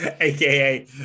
AKA